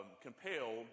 compelled